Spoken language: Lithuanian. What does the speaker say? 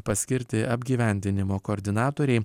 paskirti apgyvendinimo koordinatoriai